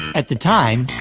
at the time,